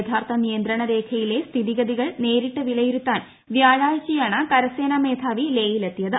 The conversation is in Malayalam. യഥാർത്ഥ നിയന്ത്രണ രേഖയിലെ സ്ഥിതിഗതികൾ നേരിട്ട് വിലയിരുത്താൻ വ്യാഴാഴ്ചയാണ് കരസേനാ മേധാവി ലേ യിലെത്തിയത്